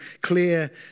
clear